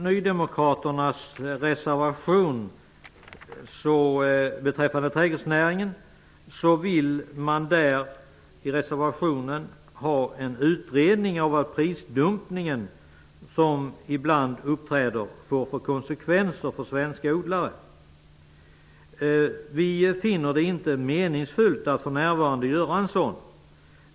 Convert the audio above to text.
Nydemokraterna säger i sin reservation om trädgårdsnäringen att man vill ha en utredning av konsekvenserna för svenska odlare när det gäller den prisdumpning som ibland uppträder. Vi finner det inte meningsfullt att för närvarande göra en sådan utredning.